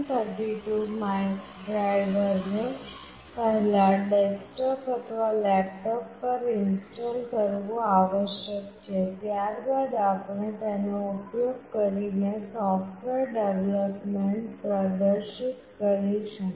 STM 32 ડ્રાઇવરને પહેલાં desktop અથવા લેપટોપ પર ઇન્સ્ટોલ કરવું આવશ્યક છે ત્યારબાદ આપણે તેનો ઉપયોગ કરીને સોફ્ટવૅર ડેવલપમેન્ટ પ્રદર્શિત કરીશું